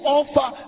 offer